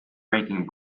ranking